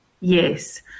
Yes